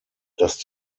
das